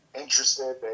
interested